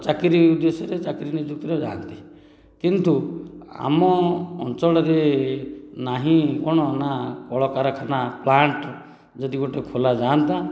ଚାକିରି ଉଦ୍ଦେଶ୍ୟରେ ଚାକିରି ନିଯୁକ୍ତିରେ ଯାଆନ୍ତି କିନ୍ତୁ ଆମ ଅଞ୍ଚଳରେ ନାହିଁ କଣ ନା କଳକାରଖାନା ପ୍ଲାଣ୍ଟ ଯଦି ଗୋଟିଏ ଖୋଲା ଯାଆନ୍ତା